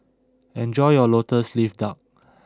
enjoy your Lotus Leaf Duck